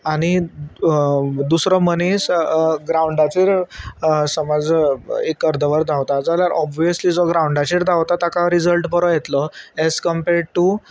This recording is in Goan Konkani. आनी दुसरो मनीस ग्रावंडाचेर समज एक अर्दवर धांवता जाल्यार ओबवियसली जो ग्रांवडाचेर धांवता ताका रिजल्ट बरो येतलो एज कम्पेड टू